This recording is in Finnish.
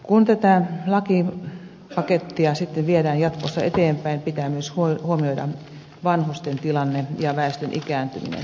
kun tätä lakipakettia sitten viedään jatkossa eteenpäin pitää myös huomioida vanhusten tilanne ja väestön ikääntyminen